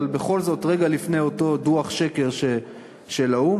אבל בכל זאת רגע לפני אותו דוח שקר של האו"ם,